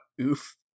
OOF